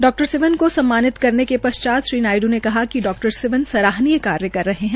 डा सिवन को सम्मानित करने के पश्चात श्री नायड्र ने कहा कि डा सिवन सराहनीय कार्य कर रहे है